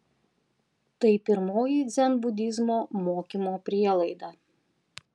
tai pirmoji dzenbudizmo mokymo prielaida